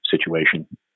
situation